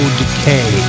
decay